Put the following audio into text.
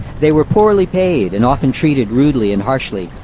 they were poorly paid and often treated rudely and harshly,